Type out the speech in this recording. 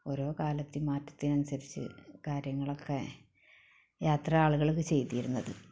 ഓരോ കാലത്തെയും മാറ്റത്തിനനുസരിച്ച് കാര്യങ്ങളൊക്കെ യാത്ര ആളുകളൊക്കെ ചെയ്തിരുന്നു അത്